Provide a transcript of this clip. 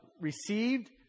received